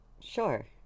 Sure